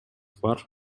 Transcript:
бар